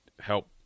help